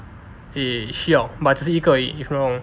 eh 需要 but 只是一个而已 if I'm not wrong